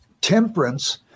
Temperance